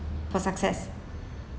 for success